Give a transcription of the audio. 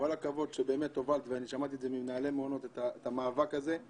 כל הכבוד שבאמת הובלת ושמעתי ממנהלי מעונות את המאבק הזה.